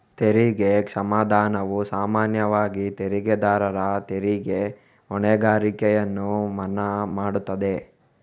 ತೆರಿಗೆ ಕ್ಷಮಾದಾನವು ಸಾಮಾನ್ಯವಾಗಿ ತೆರಿಗೆದಾರರ ತೆರಿಗೆ ಹೊಣೆಗಾರಿಕೆಯನ್ನು ಮನ್ನಾ ಮಾಡುತ್ತದೆ